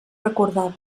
recordava